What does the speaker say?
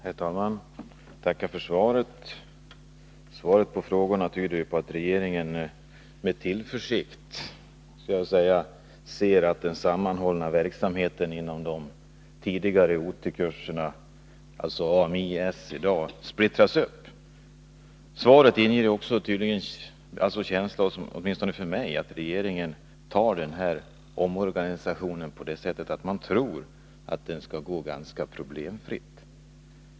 Herr talman! Jag tackar för svaret. Svaret på mina frågor tyder ju på att regeringen med tillförsikt, vill jag säga, konstaterar att den sammanhållna verksamheten inom de tidigare OT-kurserna — alltså i dag Ami-S — splittras upp. Och åtminstone jag får den känslan, när jag tar del av svaret, att regeringen tror att omorganisationen skall vara ganska problemfri.